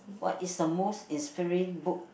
what is the most inspiring book